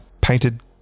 painted